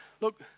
look